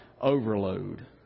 overload